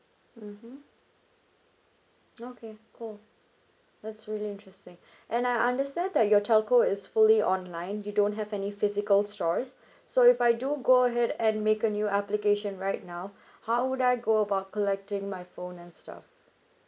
mmhmm okay cool that's really interesting and I understand that your telco is fully online you don't have any physical stores so if I do go ahead and make a new application right now how would I go about collecting my phone and stuff